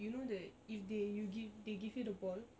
you know the if they you give they give you the ball